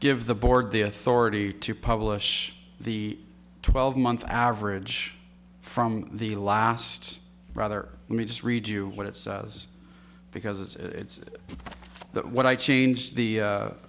give the board the authority to publish the twelve month average from the last rather let me just read you what it says because it's that what i change the